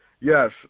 Yes